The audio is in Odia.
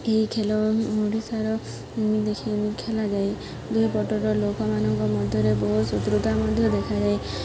ଏହି ଖେଳ ଓଡ଼ିଶାର ଖେଳାଯାଏ ଦୁଇ ପଟର ଲୋକମାନଙ୍କ ମଧ୍ୟରେ ବହୁତ ଶତ୍ରୁତା ମଧ୍ୟ ଦେଖାଯାଏ